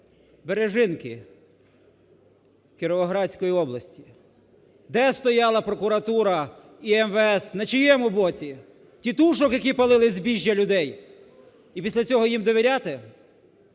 Бережинки Кіровоградської області, де стояла прокуратура і МВС, на чиєму боці? Тітушок, які палили збіжжя людей? І після цього їм довіряти?